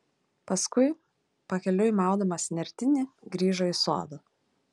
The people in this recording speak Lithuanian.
paskui pakeliui maudamasi nertinį grįžo į sodą